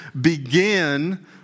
begin